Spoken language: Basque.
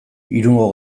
irungo